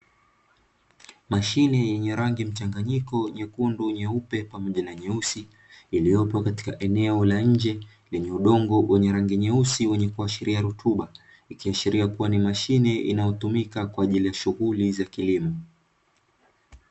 Mashine yenye rangi mchanganyiko, (nyekundu, nyeupe, pamoja na nyeusi), iliyopo katika eneo la nje, lenye udongo mweusi unaoashiria rutuba, ikionyesha kuwa ni mashine inayotumika kwa ajili ya shughuli za kilimo.